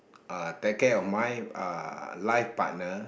uh take care of my uh life partner